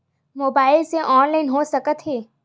Mobile से online हो सकत हे?